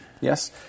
yes